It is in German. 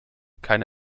keine